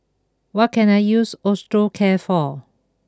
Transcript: what can I use Osteocare for